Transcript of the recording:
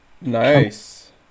nice